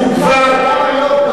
ערש דווי זה כבר היום,